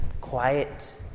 quiet